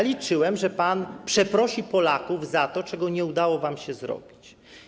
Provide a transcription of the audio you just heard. Liczyłem, że przeprosi pan Polaków za to, czego nie udało wam się zrobić.